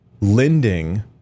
lending